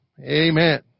amen